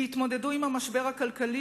ויתמודדו עם המשבר הכלכלי,